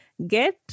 get